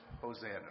Hosanna